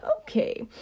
okay